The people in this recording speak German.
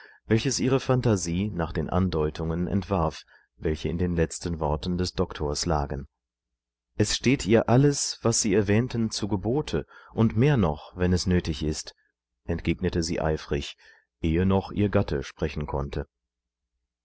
welches ihre phantasie nach den andeutungen entwarf welche in den letzten worten des doktors lagen esstehtihralles wassieerwähnten zugeboteundmehrnochwennesnötigist entgegnete sie eifrig ehe noch ihr gatte sprechen konnte